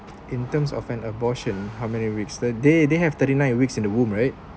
in terms of an abortion how many weeks they they have thirty nine weeks in the womb right